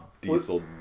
diesel